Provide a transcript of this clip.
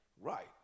Right